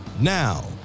Now